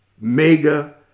mega